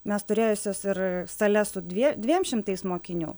mes turėjusios ir sales su dvie dviem šimtais mokinių